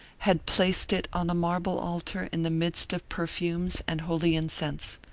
had placed it on a marble altar in the midst of perfumes and holy incense.